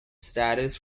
status